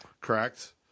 correct